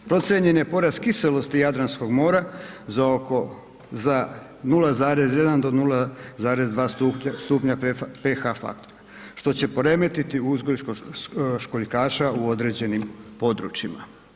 Procijenjen je porast kiselosti Jadranskog mora za oko, za 0,1 do 0,2 stupnja pH faktora što će poremetiti uzgoj školjkaša u određenim područjima.